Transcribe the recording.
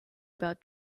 about